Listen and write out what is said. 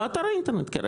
באתר האינטרנט, כן.